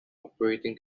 operating